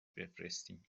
بفرستین